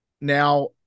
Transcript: Now